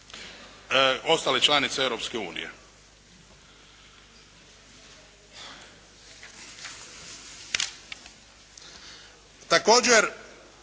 ostale članice Europske Unije. Također